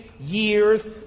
years